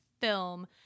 film